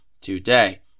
today